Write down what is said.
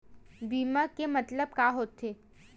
बीमा के मतलब का होथे?